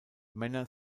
männer